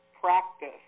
practice